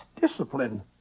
discipline